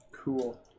Cool